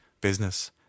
business